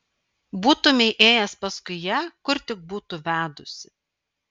būtumei ėjęs paskui ją kur tik būtų vedusi